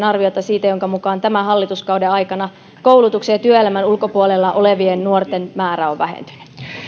arvioita joiden mukaan tämän hallituskauden aikana koulutuksen ja työelämän ulkopuolella olevien nuorten määrä on vähentynyt